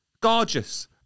Gorgeous